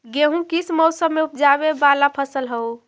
गेहूं किस मौसम में ऊपजावे वाला फसल हउ?